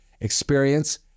experience